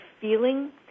feeling